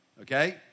okay